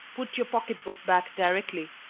put your pocket-book back directly,